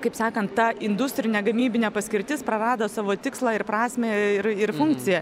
kaip sakant ta industrinė gamybinė paskirtis prarado savo tikslą ir prasmę ir ir funkciją